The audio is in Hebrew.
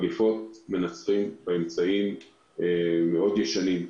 מגיפות מנצחים באמצעים מאוד ישנים,